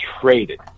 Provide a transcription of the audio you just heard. traded